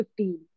15